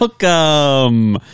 Welcome